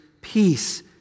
peace